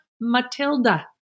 Matilda